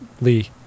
Lee